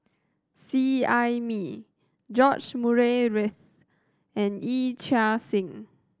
Seet Ai Mee George Murray Reith and Yee Chia Hsing